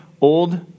old